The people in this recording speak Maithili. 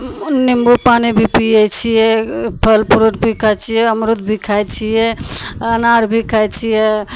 निम्बू पानि भी पिए छिए फल फ्रूट भी खाइ छिए अमरुद भी खाइ छिए अनार भी खाइ छिए